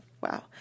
wow